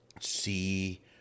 see